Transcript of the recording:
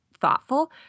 thoughtful